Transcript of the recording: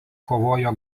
kovojo